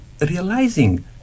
realizing